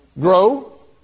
Grow